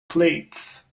plates